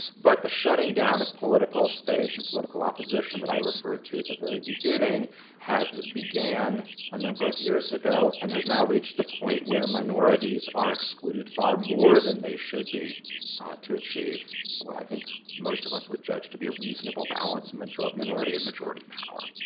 but the shutting down of political space and political opposition that i refer to at the very beginning had began a number of years ago and has now reached the point where minorities are excluded far more than they should be to achieve, what i think, most of us would judge to be a reasonable balance between minority and majority power.